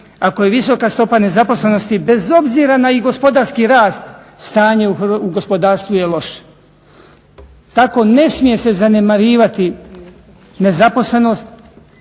ako je visoka stopa nezaposlenosti bez obzira i na gospodarski rast, stanje u gospodarstvu je loše. Tako ne smije se zanemarivati nezaposlenost